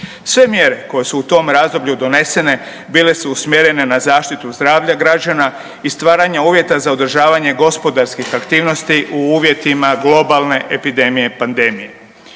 Sve mjere koje su u tom razdoblju donesene bile su usmjerene na zaštitu zdravlja građana i stvaranje uvjeta za održavanje gospodarskih aktivnosti u uvjetima globalne epidemije i pandemije.